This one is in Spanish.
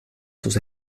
sus